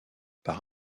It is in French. par